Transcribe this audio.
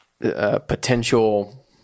potential